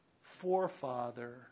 forefather